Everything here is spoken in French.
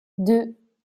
deux